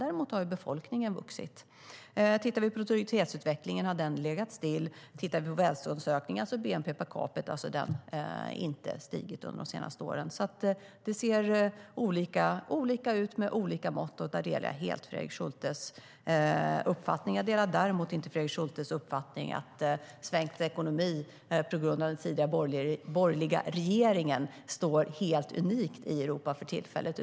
Däremot har befolkningen vuxit. Produktivitetsutvecklingen har legat stilla, och välståndsökningen - bnp per capita - har inte stigit under de senaste åren. Det ser olika ut med olika mått. Där delar jag helt Fredrik Schultes uppfattning. Jag delar däremot inte Fredrik Schultes uppfattning att svensk ekonomi, tack vare den tidigare borgerliga regeringen, står helt unik i Europa för tillfället.